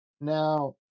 Now